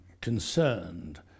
concerned